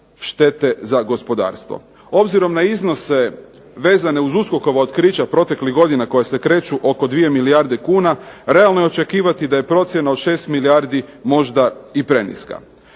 štete za gospodarstvo. Obzirom na iznose vezane uz USKOK-ova otkrića proteklih godina koja se kreću oko 2 milijarde kuna, realno je očekivati da je procjena od 6 milijardi možda i preniska.